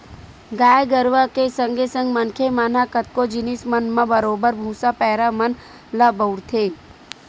गाय गरुवा के संगे संग मनखे मन ह कतको जिनिस मन म बरोबर भुसा, पैरा मन ल बउरथे